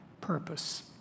purpose